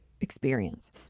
experience